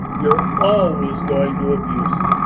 you're always going to abuse it.